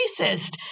racist